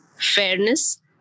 fairness